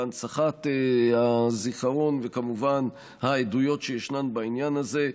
בהנצחת הזיכרון וכמובן העדויות שיש בעניין הזה.